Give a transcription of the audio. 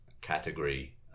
category